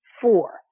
four